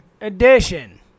edition